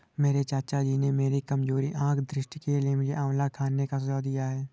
मेरे चाचा ने मेरी कमजोर आंख दृष्टि के लिए मुझे आंवला खाने का सुझाव दिया है